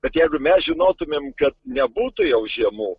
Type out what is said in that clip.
bet jeigu mes žinotumėm kad nebūtų jau žiemų